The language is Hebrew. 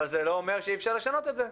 אבל זה לא אומר שאי אפשר לשנות את זה.